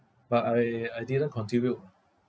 but I I didn't contribute